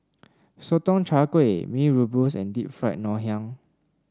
Sotong Char Kway Mee Rebus and Deep Fried Ngoh Hiang